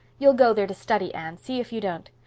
you'll go there to study, anne, see if you don't.